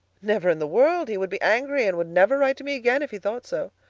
never in the world! he would be angry and would never write to me again if he thought so.